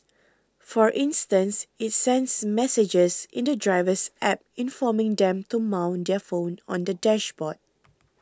for instance it sends messages in the driver's App informing them to mount their phone on the dashboard